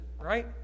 right